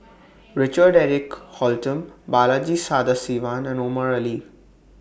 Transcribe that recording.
Richard Eric Holttum Balaji Sadasivan and Omar Ali